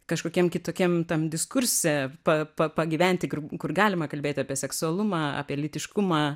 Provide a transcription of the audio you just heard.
kažkokiam kitokiam tam diskurse pa pa pagyventi kur galima kalbėti apie seksualumą apie lytiškumą